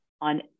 on